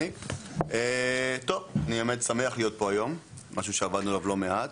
אני שמח להיות פה היום, משהו שעבדנו עליו לא מעט.